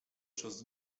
czas